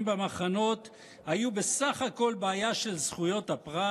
במחנות היו בסך הכול בעיה של זכויות הפרט?